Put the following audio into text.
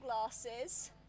glasses